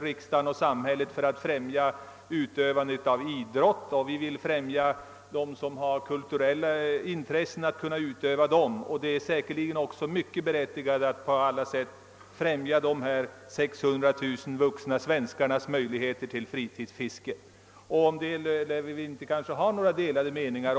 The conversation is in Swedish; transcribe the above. Riksdagen och samhället gör ju åtskilligt för att främja utövandet av idrott och kulturella intressen, och det är verkligen också mycket berättigat att främja dessa 600 000 vuxna svenskars möjligheter till fritidsfiske. Det lär vi väl knappast ha några delade meningar om.